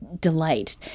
delight